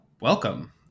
welcome